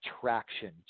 traction